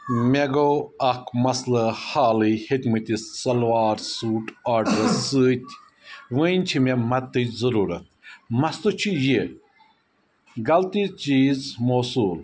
مےٚ گوٚو اکھ مسلہٕ حالٕے ہیٚمِتِس شلوار سوٗٹ آرڈر سۭتۍ وۄنۍ چھِ مےٚ مدتٕچ ضُروٗرت مسلہٕ چھُ یہِ غلطی چیٖز موصوٗل